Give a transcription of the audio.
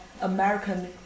American